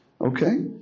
Okay